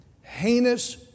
heinous